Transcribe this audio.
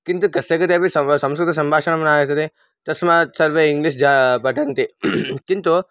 किन्तु कस्य कृते अपि संव संस्कृतसम्भाषणं न आगच्छति तस्मात् सर्वे इङ्ग्लिश् जा पठन्ति किन्तु